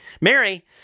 Mary